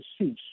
cease